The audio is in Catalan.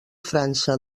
frança